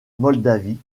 moldavie